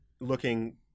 looking